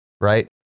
right